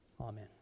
amen